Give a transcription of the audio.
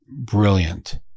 brilliant